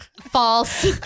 false